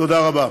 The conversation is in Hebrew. תודה רבה.